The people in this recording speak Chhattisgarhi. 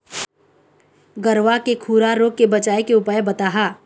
गरवा के खुरा रोग के बचाए के उपाय बताहा?